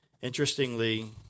Interestingly